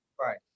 right